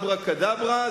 אברה קדברה,